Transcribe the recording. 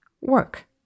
work